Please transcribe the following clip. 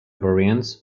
variants